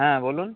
হ্যাঁ বলুন